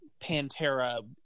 Pantera